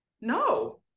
no